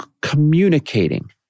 communicating